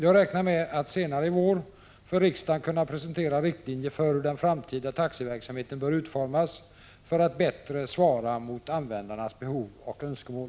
Jag räknar med att senare i vår för riksdagen kunna presentera riktlinjer för hur den framtida taxiverksamheten bör utformas för att bättre svara mot användarnas behov och önskemål.